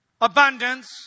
abundance